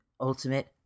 ultimate